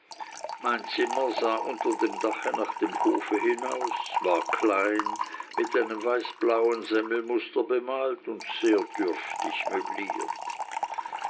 mein zimmer sah unter dem dache nach dem hof hinaus war klein mit einem weißblauen semmelmuster bemalt und sehr dürftig möbliert